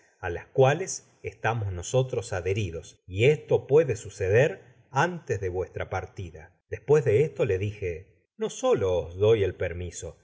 á las cuales estamos nosotros adheridos y esto puede suceder antes de vuestra partida content from google book search generated at despues de esto le dije no solo os doy ei permiso